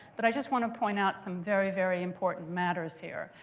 but i just want to point out some very, very important matters here.